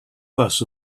fuss